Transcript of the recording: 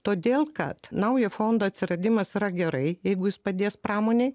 todėl kad naujo fondo atsiradimas yra gerai jeigu jis padės pramonei